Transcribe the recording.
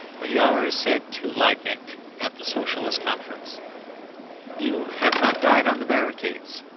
what jaures said to liebknecht at the socialist conference you have not died on the barricades.